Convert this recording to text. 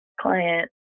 client